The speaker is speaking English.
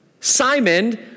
Simon